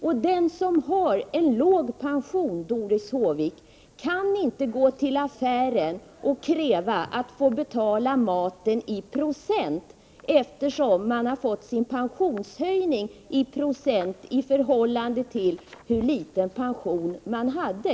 Och den som har en låg pension, Doris Håvik, kaninte gå till affären och kräva att få betala maten i procent, eftersom de har fått sin pensionshöjning i procent av den pension de hade.